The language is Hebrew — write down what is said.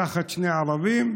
לקחת שני ערבים,